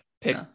pick